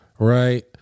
Right